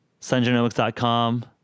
SunGenomics.com